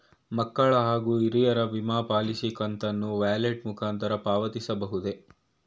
ಮಕ್ಕಳ ಹಾಗೂ ಹಿರಿಯರ ವಿಮಾ ಪಾಲಿಸಿ ಕಂತನ್ನು ವ್ಯಾಲೆಟ್ ಮುಖಾಂತರ ಪಾವತಿಸಬಹುದೇ?